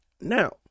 Now